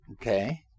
Okay